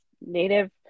native